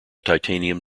titanium